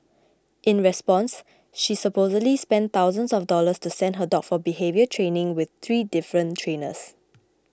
in response she supposedly spent thousands of dollars to send her dog for behaviour training with three different trainers